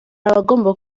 abagomba